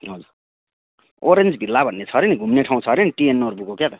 हजुर Orange Villa भन्ने छ अरे नि घुम्ने ठाउँ छ अरे नि टिएन नोर्बुको क्या हो त